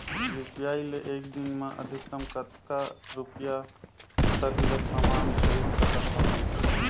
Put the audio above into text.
UPI ले एक दिन म अधिकतम कतका रुपिया तक ले समान खरीद सकत हवं?